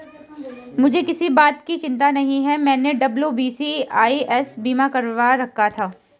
मुझे किसी बात की चिंता नहीं है, मैंने डब्ल्यू.बी.सी.आई.एस बीमा करवा रखा था